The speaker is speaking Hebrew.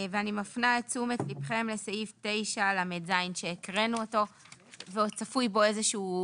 אני מפנה את תשומת ליבכם לסעיף 9לז שהקראנו אותו ועוד צפוי בו איזשהו